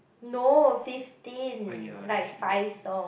no fifteen like five song